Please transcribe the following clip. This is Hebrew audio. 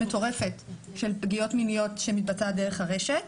מטורפת של פגיעות מיניות שמתבצעות דרך הרשת.